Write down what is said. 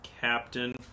Captain